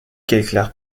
quelle